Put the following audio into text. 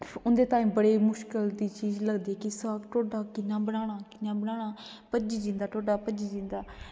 उंदे आस्तै बड़ी मुश्कल दी चीज़ लगदी कि साग ढोड्डा कियां बनाना ते भज्जी जंदा ढोड्डा भज्जी जंदा